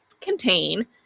contain